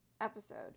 episode